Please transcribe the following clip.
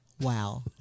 Wow